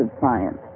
science